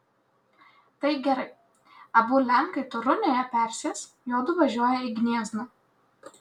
tai gerai abu lenkai torunėje persės juodu važiuoja į gniezną